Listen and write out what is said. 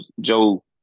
Joe